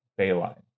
Bayline